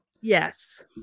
Yes